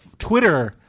Twitter